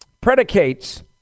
predicates